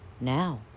now